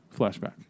flashback